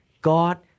God